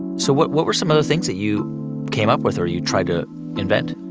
so what what were some other things that you came up with, or you tried to invent?